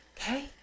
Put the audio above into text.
Okay